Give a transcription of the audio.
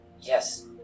yes